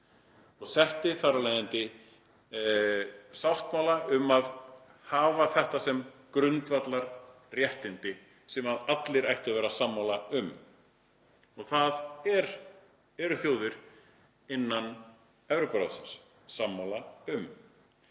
og setti þar af leiðandi sáttmála um að hafa þetta sem grundvallarréttindi sem allir ættu að vera sammála um. Það eru þjóðir innan Evrópuráðsins sammála um